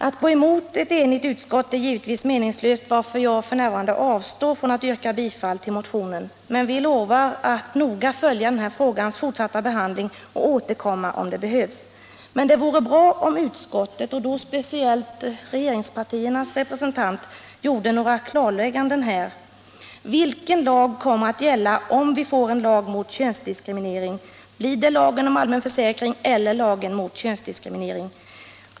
Att gå emot ett enigt utskott är givetvis meningslöst, varför jag f.n. avstår från att yrka bifall till motionen. Men vi lovar att noga följa frågans fortsatta behandling och återkomma om det behövs. Det vore emellertid bra om en representant för utskottet och då speciellt för regeringspartierna gjorde några klarlägganden här. Vilken lag kommer att gälla, om vi får en lag mot könsdiskriminering: Blir det lagen om allmän försäkring eller lagen mot könsdiskriminering?